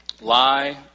Lie